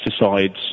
pesticides